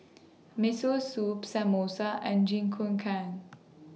Miso Soup Samosa and Jingikukan